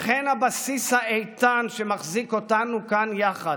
אך הן הבסיס האיתן שמחזיק אותנו כאן יחד,